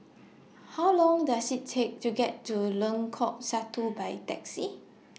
How Long Does IT Take to get to Lengkok Satu By Taxi